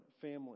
family